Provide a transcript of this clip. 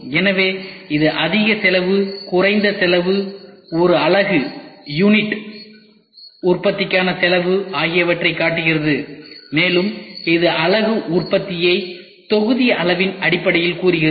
எனவே இது அதிக செலவு குறைந்த செலவு ஒரு அலகு உற்பத்திக்கான செலவு ஆகியவற்றைக் காட்டுகிறது மேலும் இது அலகு உற்பத்தியை தொகுதி அளவின் அடிப்படையில் கூறுகிறது